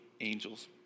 angels